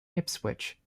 ipswich